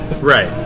Right